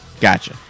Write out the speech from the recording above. Gotcha